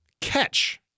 catch